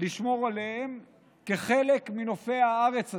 לשמור עליהם כחלק מנופי הארץ הזו.